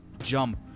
jump